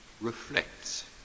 reflects